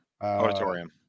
auditorium